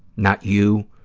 not you,